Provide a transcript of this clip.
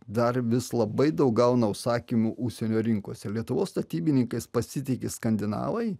dar vis labai daug gauna užsakymų užsienio rinkose lietuvos statybininkais pasitiki skandinavai